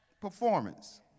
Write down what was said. performance